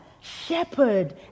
shepherd